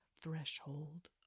threshold